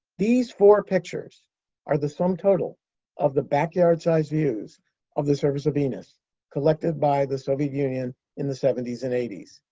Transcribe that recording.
these four pictures are the sum total of the backyard-sized views of the surface of venus collected by the soviet union in the seventy s and eighty s.